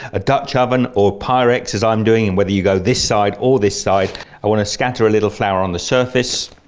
a dutch oven or a pyrex as i'm doing, whether you go this side or this side i want to scatter a little flour on the surface,